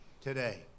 today